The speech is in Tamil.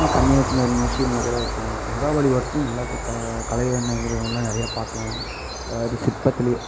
கன்னியாகுமரி மியூசியமில் கூட இருக்கும் மகாபலிபுரத்துலேயும் நல்லாத்து கா கலை எண்ணம் இருக்கிறவங்கள்லாம் நிறைய பார்க்கலாம் அதாவது சிற்பத்துலேயே